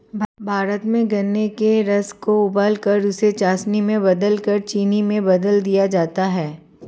भारत में गन्ने के रस को उबालकर उसे चासनी में बदलकर चीनी में बदल दिया जाता है